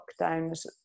lockdowns